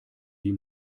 die